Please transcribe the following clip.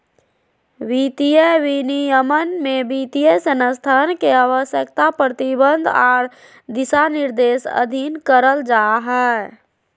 वित्तीय विनियमन में वित्तीय संस्थान के आवश्यकता, प्रतिबंध आर दिशानिर्देश अधीन करल जा हय